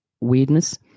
weirdness